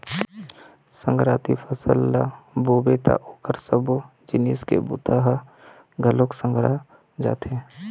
संघराती फसल ल बोबे त ओखर सबो जिनिस के बूता ह घलोक संघरा जाथे